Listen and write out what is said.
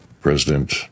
President